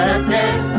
again